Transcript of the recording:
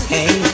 Hey